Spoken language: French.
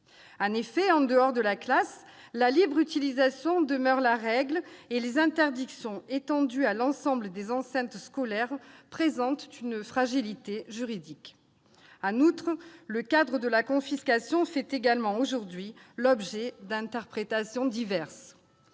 En effet, en dehors de la classe, la libre utilisation demeure la règle, et les interdictions étendues à l'ensemble des enceintes scolaires présentent une fragilité juridique. En outre, la confiscation fait également aujourd'hui l'objet d'interprétations diverses.